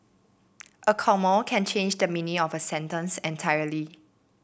a comma can change the meaning of a sentence entirely